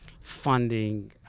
funding